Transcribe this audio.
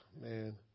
man